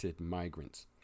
migrants